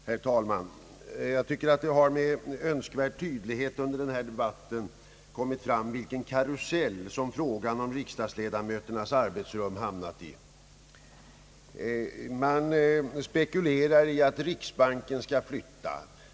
Herr talman! Jag tycker att det under denna debatt med önskvärd tydlighet har kommit fram, vilken karusell frågan om riksdagsledamöternas arbetsrum har hamnat i. Man spekulerar i att riksbanken skall flyttas.